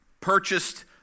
purchased